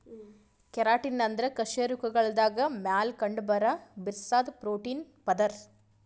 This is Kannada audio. ಕೆರಾಟಿನ್ ಅಂದ್ರ ಕಶೇರುಕಗಳ್ದಾಗ ಮ್ಯಾಲ್ ಕಂಡಬರಾ ಬಿರ್ಸಾದ್ ಪ್ರೋಟೀನ್ ಪದರ್